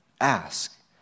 ask